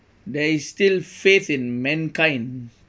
there is still faith in mankind